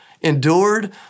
endured